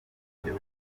buryo